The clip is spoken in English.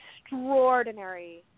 extraordinary